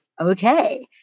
okay